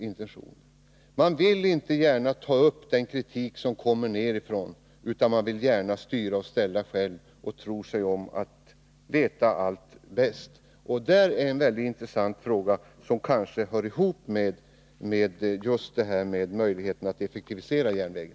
Man villinte Om ökad säkerhet gärna ta upp den kritik som kommer nedifrån utan vill gärna styra och ställa för tågtrafiken själv. Man tror sig om att själv veta allt bäst. Detta är en mycket intressant fråga som kanske hör ihop med möjligheterna att effektivisera järnvägen.